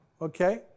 Okay